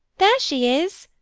there she is!